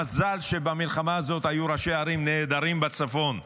מזל שבמלחמה הזאת היו ראשי ערים נהדרים בצפון ובדרום.